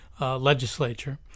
legislature